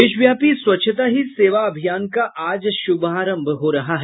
देशव्यापी स्वच्छता ही सेवा अभियान का आज शुभारंभ हो रहा है